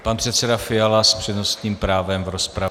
Pan předseda Fiala s přednostním právem v rozpravě.